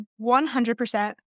100%